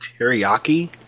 teriyaki